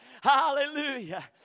Hallelujah